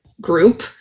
group